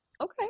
okay